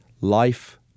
life